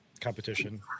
competition